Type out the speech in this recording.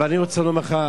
אבל אני רוצה לומר לך,